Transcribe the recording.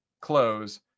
close